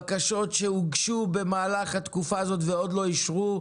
בקשות שהוגשו במהלך התקופה הזאת ועוד לא אושרו,